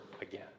again